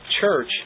church